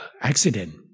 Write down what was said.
accident